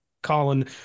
Colin